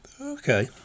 Okay